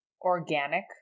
organic